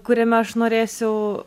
kuriame aš norėsiu